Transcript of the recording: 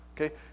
Okay